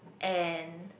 and